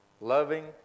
loving